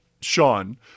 Sean